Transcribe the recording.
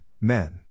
men